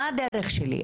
מה הדרך שלי?